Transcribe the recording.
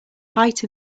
height